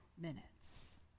minutes